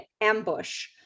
ambush